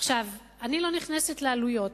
אני לא נכנסת לעלויות,